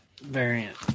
variant